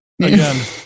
Again